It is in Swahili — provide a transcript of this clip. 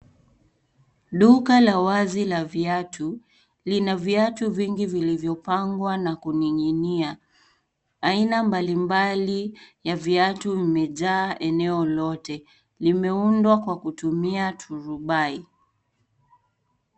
Duka la wazi la viatu lina viatu vingi vilivyopangwa na kuninginia . Aina mbalimbali ya viatu imejaa eneo lote limeundwa Kwa kutumia turubai.